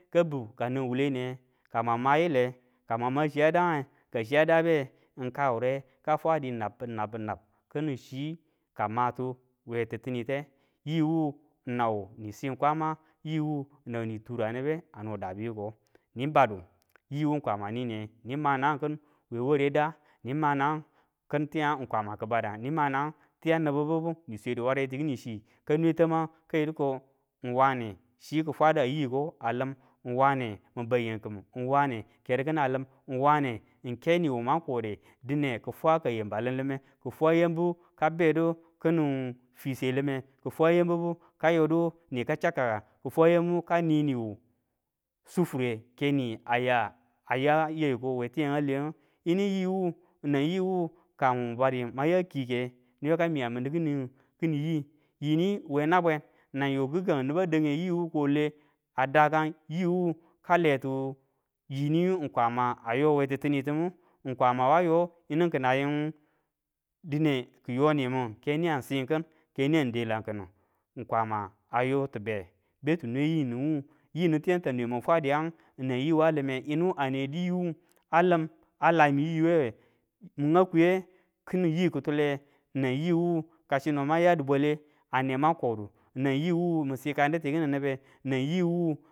Ka biu kanang wuwule niye ka mang ma yile, ka mang ma chiya dange, ka chiya dabe ng kawure ka fwadi nab, nab nab kini chi ka matu we titini te yiwu nau nisin kwama, yiwu nau ni turan nibe, a no dabi yiko. Ni badu yiwu kwama niniye nima nangangi kin we ware da, ni ma nangangi kin tiyangu kwama ki badangu, ni ma nangangu i yang nibu ni swedu ware n tikini chi ka nwe tamangu ka yidu ko uwane chi ki fwada yiko a lim, uwane ubaiyim uwane ker kinu a lim uwane ng ke niwu mang kode dine kifwaka yam biba limlinme ki fwa yam bibu ka bedu kini fiswa lime ki fwa yam bibu ka yodu nika cha kaku, ki fwa yamu ka ni niwu su fure keni aya aya yayu ko we tiya. Ngu a lengu, yinu yiwu ka mun badu mwan ya kike nibu ki miya mindu kini yi. Yiniyu we nabwen nan yo kika ng niba dange yiwu kole a dakan yiwu ka letu yiniyu ng kwama yowe titini timu ng kwama wa yo yinu kina yim dine kiyo nimin ke niyang si kin ke niyang dela kinu. Ng kwama a yo tibe betu nwe yinin wu, yinin wu tiyan gu ta nwe min fwadu yangu nang yiwa lime, yinu ane yiwu a lim a lami yiwe we. Mi gau kwiye kini yi kitule nang yiwu ka sino mang yadu bwale a ne mang kodu nang yiwu min sikandu tikini nibe, nang yiwu